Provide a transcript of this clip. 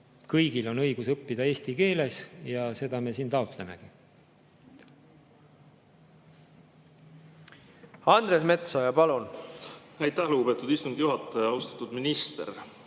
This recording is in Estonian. kõigil on õigus õppida eesti keeles ja seda me siin taotlemegi. Andres Metsoja, palun! Aitäh, lugupeetud istungi juhataja! Austatud minister!